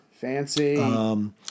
Fancy